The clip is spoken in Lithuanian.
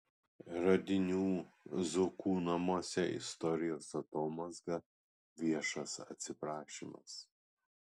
radinių zuokų namuose istorijos atomazga viešas atsiprašymas